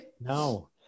No